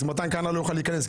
אז מתן כהנא לא יוכל להיכנס,